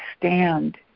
stand